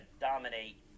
dominate